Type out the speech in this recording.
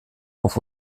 auf